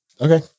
Okay